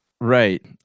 right